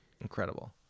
incredible